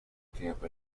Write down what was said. camp